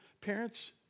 parents